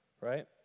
right